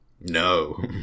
No